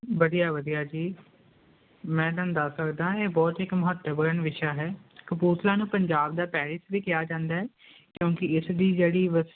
ਵਧੀਆ ਵਧੀਆ ਜੀ ਮੈਂ ਥੋਨੂੰ ਦੱਸ ਸਕਦਾ ਇਹ ਬਹੁਤ ਹੀ ਇੱਕ ਮਹੱਤਵਪੂਰਨ ਵਿਸ਼ਾ ਹੈ ਕਪੂਰਥਲਾ ਨੂੰ ਪੰਜਾਬ ਦਾ ਪੈਰੀਜ ਵੀ ਕਿਹਾ ਜਾਂਦਾ ਕਿਉਂਕਿ ਇਸ ਦੀ ਜਿਹੜੀ ਵਸ